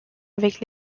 avec